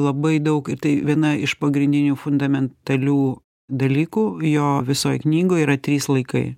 labai daug ir tai viena iš pagrindinių fundamentalių dalykų jo visoj knygoj yra trys laikai